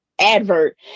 advert